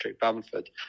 Bamford